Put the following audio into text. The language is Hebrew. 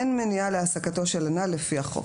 אין מניעה להעסקתן של הנ"ל לפי החוק.